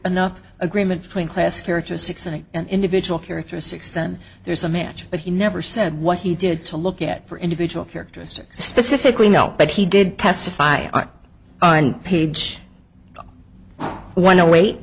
enough agreement between class characteristics and an individual characteristics then there's a match but he never said what he did to look at for individual characteristics specifically no but he did testify on page